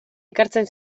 ekartzen